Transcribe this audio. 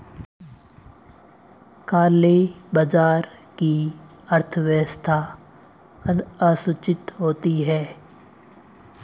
काले बाजार की अर्थव्यवस्था असूचित होती है